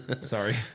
Sorry